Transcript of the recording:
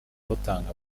utanga